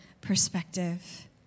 perspective